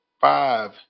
five